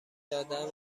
دادن